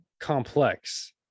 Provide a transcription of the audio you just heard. complex